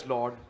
Lord